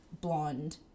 blonde